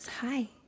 hi